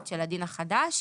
לדין החדש,